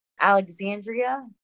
Alexandria